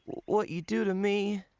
what you do to me